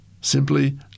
simply